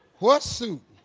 what suit?